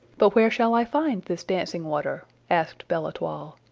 but where shall i find this dancing-water? asked belle-etoile.